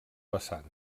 vessant